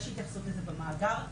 י שהתייחסות לזה במאגר,